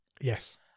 Yes